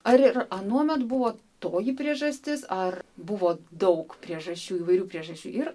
ar ir anuomet buvo toji priežastis ar buvo daug priežasčių įvairių priežasčių ir